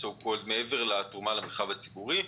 מעבר לתרומה למרחב הציבורי.